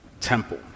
temple